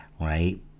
right